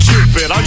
Cupid